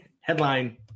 headline